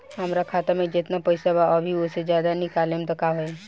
हमरा खाता मे जेतना पईसा बा अभीओसे ज्यादा निकालेम त का होई?